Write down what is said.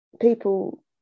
people